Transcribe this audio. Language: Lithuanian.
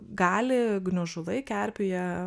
gali gniužulai kerpėje